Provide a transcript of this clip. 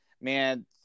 man